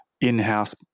in-house